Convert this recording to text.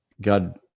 god